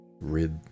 rid